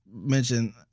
mention